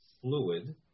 fluid